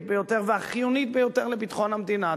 ביותר והחיונית ביותר לביטחון המדינה,